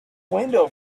window